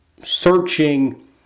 searching